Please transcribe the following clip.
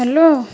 hello